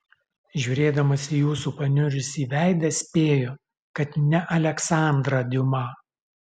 žiūrėdamas į jūsų paniurusį veidą spėju kad ne aleksandrą diuma